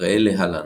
ראה להלן.